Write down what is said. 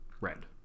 red